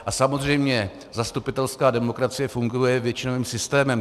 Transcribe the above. A samozřejmě zastupitelská demokracie funguje většinovým systémem.